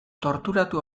torturatu